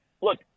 look